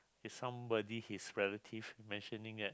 it's somebody his relative mentioning that